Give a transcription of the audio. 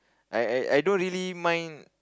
I I I don't really mind